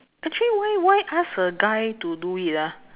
actually why why ask a guy to do it ah